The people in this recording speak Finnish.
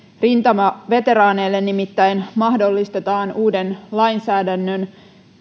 rintamaveteraaneille nimittäin mahdollistetaan uuden lainsäädännön